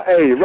Hey